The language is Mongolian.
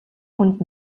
хүнд